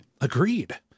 Agreed